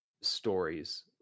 stories